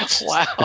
Wow